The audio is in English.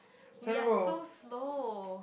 we are so slow